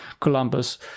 Columbus